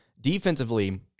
defensively